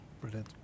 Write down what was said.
brilliant